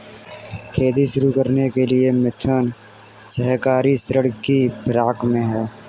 खेती शुरू करने के लिए मिथुन सहकारी ऋण की फिराक में है